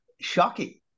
shocking